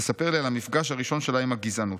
תספר לי על המפגש הראשון שלה עם הגזענות.